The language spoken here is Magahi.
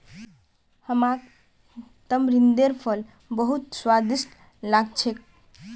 हमाक तमरिंदेर फल बहुत स्वादिष्ट लाग छेक